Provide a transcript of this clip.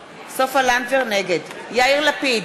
לנדבר, נגד יאיר לפיד,